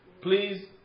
Please